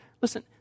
Listen